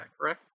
correct